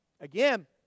again